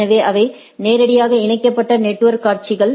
எனவே அவை நேரடியாக இணைக்கப்பட்ட நெட்வொர்க் காட்சிகள்